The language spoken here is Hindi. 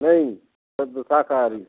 नहीं सहुद्ध शाकाहारी